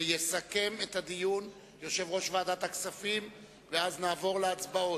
ויסכם את הדיון יושב-ראש ועדת הכספים ואז נעבור להצבעות.